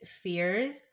fears